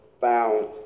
found